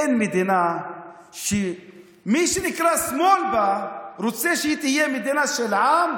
אין מדינה שמי שנקרא בה שמאל רוצה שהיא תהיה המדינה של העם,